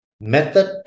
method